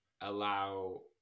allow